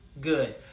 good